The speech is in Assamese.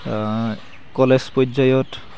কলেজ পৰ্যায়ত